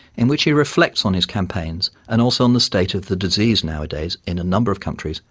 in which he reflects on his campaigns and also on the state of the disease nowadays in a number of countries,